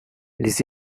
les